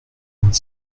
vingt